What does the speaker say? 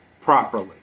properly